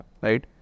Right